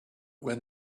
when